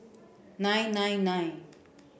nine nine nine